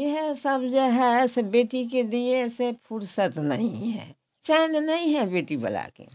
यही सब जो है सो बेटी को दिए से फ़ुरसत नहीं है चैन नहीं है बेटीवाला को